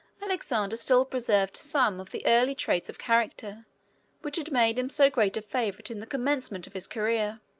alexander still preserved some of the early traits of character which had made him so great a favorite in the commencement of his career.